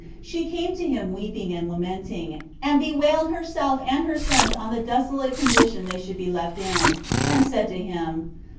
she came to him weeping and lamenting, and bewailed herself and her sons on the desolate condition they should be left in and said to him,